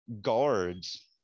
guards